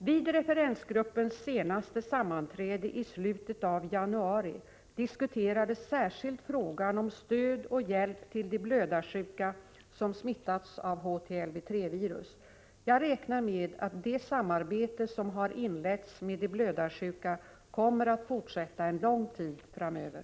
Vid referensgruppens senaste sammanträde i slutet av januari diskuterades särskilt frågan om stöd och hjälp till de blödarsjuka som smittats av HTLV-III-virus. Jag räknar med att det samarbete som har inletts med de blödarsjuka kommer att fortsätta en lång tid framöver.